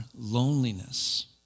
loneliness